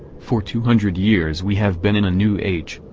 for two hundred years we have been in a new age,